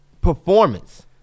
performance